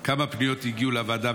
2. כמה פניות הגיעו לוועדה,